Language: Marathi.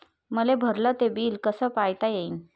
मले भरल ते बिल कस पायता येईन?